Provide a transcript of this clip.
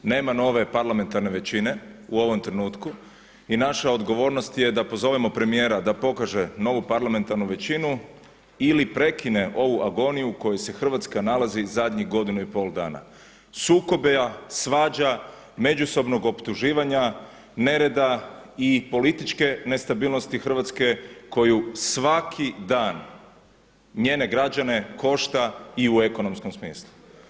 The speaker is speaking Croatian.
Nema nove parlamentarne većine, u ovom trenutku, i naša odgovornost je da pozovemo premijera da pokaže novu parlamentarnu većinu ili prekine ovu agoniju u kojoj se Hrvatska nalazi zadnjih godinu i pol dana, sukoba, svađa, međusobnog optuživanja, nereda i političke nestabilnosti Hrvatske koju svaki dan njene građane košta i u ekonomskom smislu.